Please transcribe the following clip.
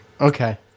Okay